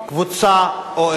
קבוצה או ארגון".